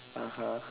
(uh huh)